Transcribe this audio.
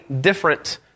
different